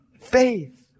faith